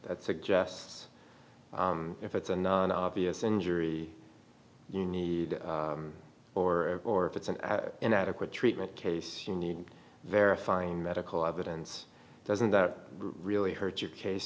that suggests if it's a non obvious injury you need or or if it's an inadequate treatment case you need verifying medical evidence doesn't really hurt your case